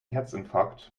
herzinfarkt